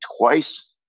twice